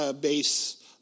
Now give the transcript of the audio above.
base